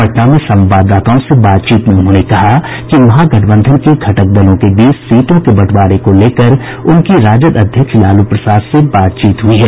पटना में संवाददाताओं से बातचीत में उन्होंने कहा कि महागठबंधन के घटक दलों के बीच सीटों के बंटवारे को लेकर उनकी राजद अध्यक्ष लालू प्रसाद से बातचीत हुई है